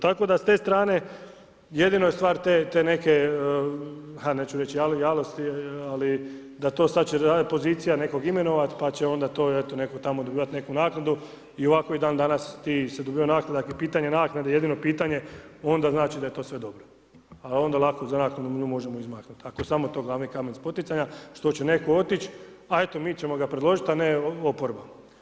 Tako da s te strane jedino je stvar te neke ha neću reći ... ali da to sad će pozicija nekog imenovati pa će onda to eto tamo dobivati neku naknadu i ovako i dan danas ti se dobivaju naknadu, ako je pitanje naknade jedino pitanje onda znači da je to sve dobro a onda lako za naknadu nju možemo izmaknuti ako je samo to glavni kamen spoticanja što će netko otići a eto mi ćemo ga predložiti a ne oporba.